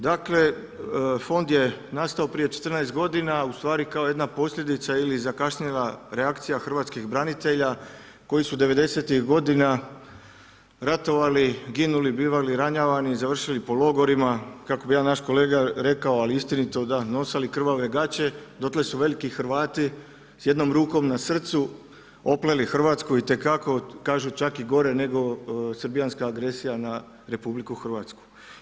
Dakle fond je nastao prije 14 godina ustvari kao jedna posljedica ili zakašnjela reakcija hrvatskih branitelja koji su '90.-tih godina ratovali, ginuli, bivali ranjavani, završili po logorima, kako bi jedan naš kolega rekao ali istinito, da „nosali krvave gaće“ dokle su veliki Hrvati s jednom rukom na srcu opleli Hrvatsku itekako kažu čak i gore nego srbijanska agresija na RH.